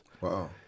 Wow